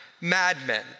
madmen